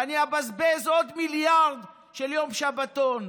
ואני אבזבז עוד מיליארד, יום שבתון,